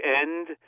end